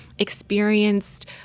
experienced